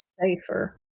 safer